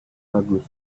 bagus